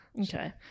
Okay